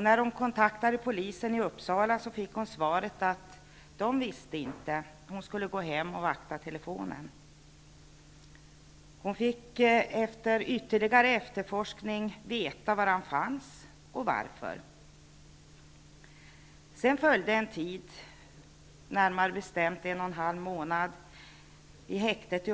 När hon kontaktade polisen i Uppsala, fick hon svaret att de inte visste något och att hon skulle gå hem och vakta telefonen. Efter ytterligare efterforskning fick hustrun veta var han fanns och varför. Sedan följde en tid på häktet i Uppsala, närmare bestämt en och en halv månad. Det